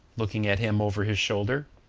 looking at him over his shoulder.